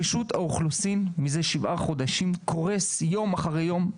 רשות האוכלוסין מזה שבעה חודשים קורסת יום אחרי יום.